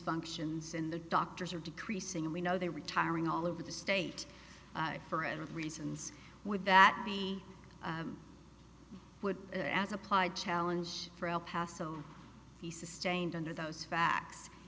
functions and the doctors are decreasing we know they're retiring all over the state for a reasons would that be would a as applied challenge for el paso be sustained under those facts